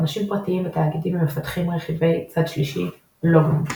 אנשים פרטיים ותאגידים מפתחים רכיבי צד שלישי "לא גנו".